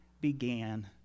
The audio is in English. began